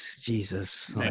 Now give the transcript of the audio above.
Jesus